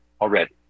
already